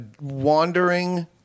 wandering